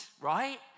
Right